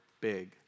big